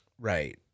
Right